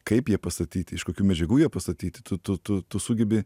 kaip jie pastatyti iš kokių medžiagų jie pastatyti tu tu tu tu sugebi